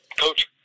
coach